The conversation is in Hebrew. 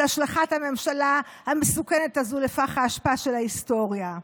השלכת הממשלה המסוכנת הזו לפח האשפה של ההיסטוריה.